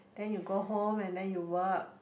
then you go home and then you work